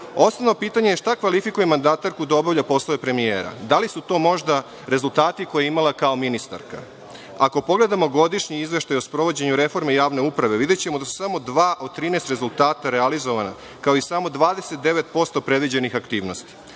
pitanje – šta kvalifikuje mandatarku da obavlja posao premijere? Da li su to možda rezultati koje je imala kao ministarka? Ako pogledamo godišnji izveštaj o sprovođenju reforme javne uprave, videćemo da su samo dva od 13 rezultate realizovana, kao i samo 29% predviđenih aktivnosti.